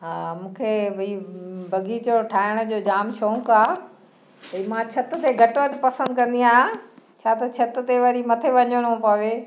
हा मूंखे भई बगीचो ठाहिण जो जाम शौंक़ु आहे भई मां छित ते घटि वधि पसंदि कंदी आहियां छा त छित ते वरी मथे वञिणो पवे